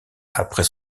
après